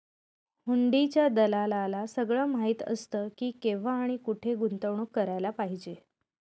हुंडीच्या दलालाला सगळं माहीत असतं की, केव्हा आणि कुठे गुंतवणूक करायला पाहिजे